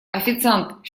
официант